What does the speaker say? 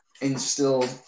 instill